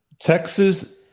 Texas